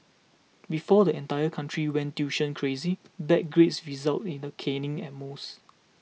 before the entire country went tuition crazy bad grades resulted in a caning at most